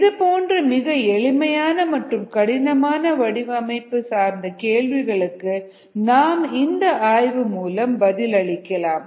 இதுபோன்ற மிக எளிமையான மற்றும் கடினமான வடிவமைப்பு சார்ந்த கேள்விகளுக்கு நாம் இந்த ஆய்வு மூலம் பதிலளிக்கலாம்